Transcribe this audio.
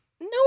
no